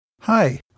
Hi